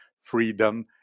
freedom